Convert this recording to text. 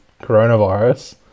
coronavirus